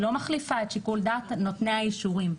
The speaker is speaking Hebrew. היא לא מחליפה את שיקול דעת נותני האישורים.